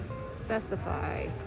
specify